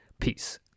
Peace